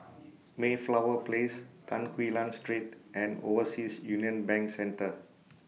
Mayflower Place Tan Quee Lan Street and Overseas Union Bank Centre